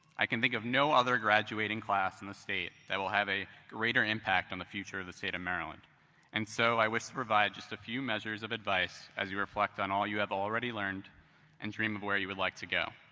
i can think of no other graduating class in the state that will have a greater impact on the future of the state of maryland and so i wish to provide just a few measures of advice as you reflect on all you've already learned and dream of where you would like to go.